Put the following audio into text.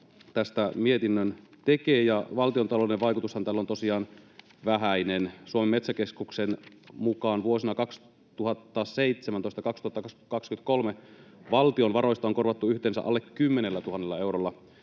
tästä mietinnön tekee. Valtiontalouden vaikutushan tällä on tosiaan vähäinen. Suomen metsäkeskuksen mukaan vuosina 2017—2023 valtion varoista on korvattu yhteensä alle 10 000 eurolla